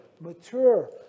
mature